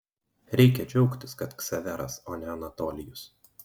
reikia džiaugtis kad ksaveras o ne anatolijus